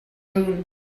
room